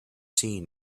seen